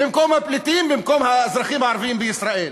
במקום הפליטים, במקום האזרחים הערבים בישראל?